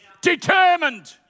determined